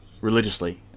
religiously